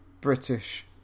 British